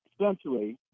essentially